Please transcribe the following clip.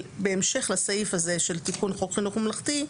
בהמשך לסעיף הזה של חוק חינוך ממלכתי,